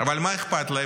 אבל מה אכפת להם?